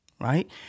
right